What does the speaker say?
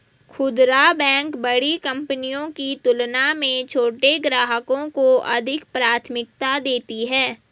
खूदरा बैंक बड़ी कंपनियों की तुलना में छोटे ग्राहकों को अधिक प्राथमिकता देती हैं